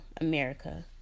america